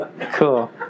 Cool